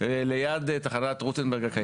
ליד תחנת רוטנברג הקיימת.